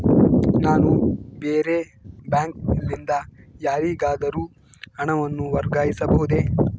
ನಾನು ಬೇರೆ ಬ್ಯಾಂಕ್ ಲಿಂದ ಯಾರಿಗಾದರೂ ಹಣವನ್ನು ವರ್ಗಾಯಿಸಬಹುದೇ?